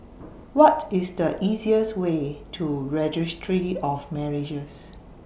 What IS The easiest Way to Registry of Marriages